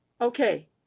Okay